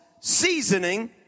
seasoning